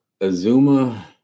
Azuma